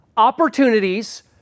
opportunities